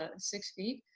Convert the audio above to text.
ah six feet,